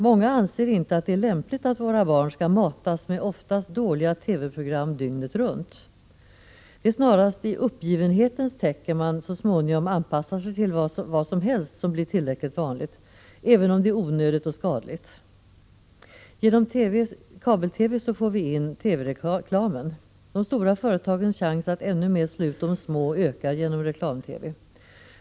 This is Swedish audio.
Många anser inte att det är lämpligt att våra barn dygnet runt matas med TV-program, som oftast är dåliga. Det är närmast i uppgivenhetens tecken man så småningom anpassar sig till vad som helst som blir tillräckligt vanligt — även om det är onödigt och skadligt. Via kabel-TV får vi in TV-reklam. De stora företagens chans att ytterligare slå ut de små ökar genom reklam-TV.